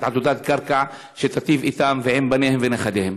עבודת קרקע שתיטיב איתם ועם בניהם ועם נכדיהם.